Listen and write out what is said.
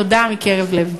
תודה מקרב לב.